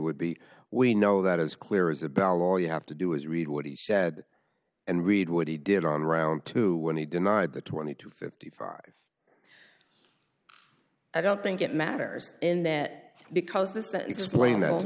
would be we know that is clear isabel all you have to do is read what he said and read what he did on round two when he denied the twenty to fifty five i don't think it matters in that because th